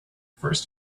first